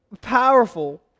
powerful